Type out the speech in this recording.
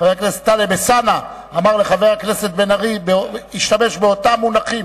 חבר הכנסת טלב אלסאנע אמר לחבר הכנסת בן-ארי והשתמש באותם מונחים,